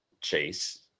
chase